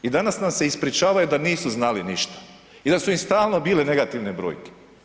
I danas nam se ispričavaju da nisu znali ništa i da su im stalno bile negativne brojke.